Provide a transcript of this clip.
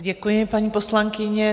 Děkuji, paní poslankyně.